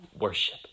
worship